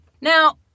Now